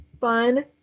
fun